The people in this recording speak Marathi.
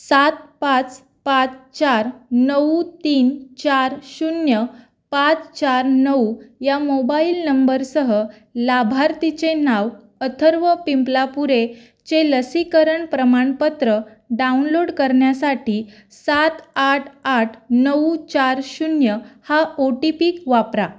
सात पाच पाच चार नऊ तीन चार शून्य पाच चार नऊ या मोबाईल नंबरसह लाभार्थीचे नाव अथर्व पिंपलापुरेचे लसीकरण प्रमाणपत्र डाउनलोड करण्यासाठी सात आठ आठ नऊ चार शून्य हा ओ टी पीक वापरा